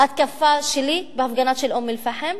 על תקיפה שלי בהפגנה באום-אל-פחם,